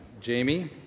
Jamie